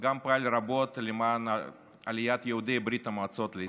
וגם פעל רבות למען עליית יהודי ברית המועצות לישראל.